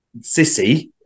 sissy